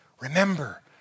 Remember